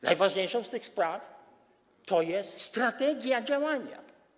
Najważniejszą z tych spraw jest strategia działania.